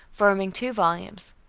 forming two volumes,